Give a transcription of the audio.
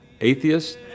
atheists